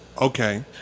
Okay